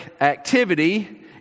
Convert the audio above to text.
activity